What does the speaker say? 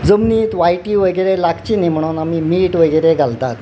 जमनीत वायटी वगैरे लागची न्ही म्हणून आमी मीठ वगैरे घालतात